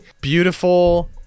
beautiful